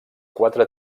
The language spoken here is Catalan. quatre